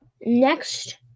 next